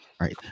right